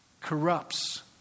corrupts